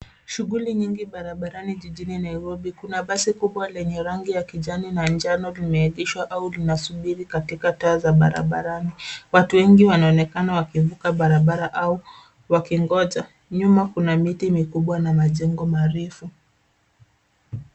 Shughuli nyingi barabarani jijini Nairobi, kuna basi kubwa lenye rangi ya kijani na njano limeegeshwa au linasubiri katika taa za barabarani. watu wengi wanaonekana wakivuka barabara au wakingoja nyuma kuna miti mikubwa na majengo marefu.